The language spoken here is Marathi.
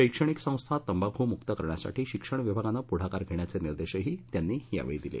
शैक्षणिक संस्था तंबाखूमुक्त करण्यासाठी शिक्षण विभागानं पुढाकार घेण्याचे निर्देशही त्यांनी यावेळी दिले